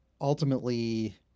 Ultimately